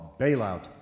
bailout